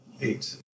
Eight